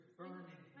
burning